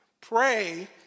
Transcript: Pray